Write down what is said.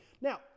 Now